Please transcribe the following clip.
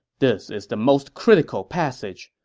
this is the most critical passage.